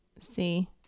See